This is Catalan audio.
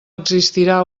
existirà